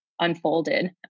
unfolded